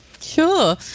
Sure